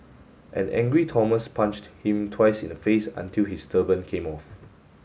an angry Thomas punched him twice in the face until his turban came off